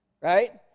Right